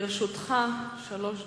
לרשותך שלוש דקות,